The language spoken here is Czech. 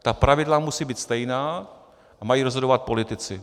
Ta pravidla musí být stejná a mají rozhodovat politici.